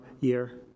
year